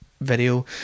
video